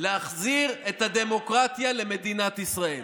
אלא להחזיר את הדמוקרטיה למדינת ישראל.